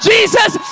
Jesus